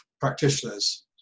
practitioners